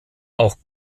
auch